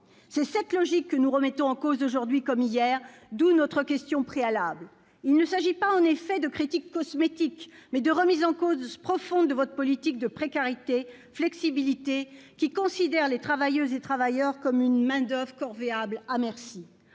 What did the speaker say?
C'est cette logique que nous remettons en cause aujourd'hui comme hier, d'où notre question préalable. Il s'agit non pas de critiques cosmétiques, mais de profondes remises en cause de votre politique de précarité et de flexibilité, qui appréhende les travailleuses et les travailleurs comme une main-d'oeuvre corvéable à merci.